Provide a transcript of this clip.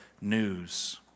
news